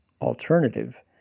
alternative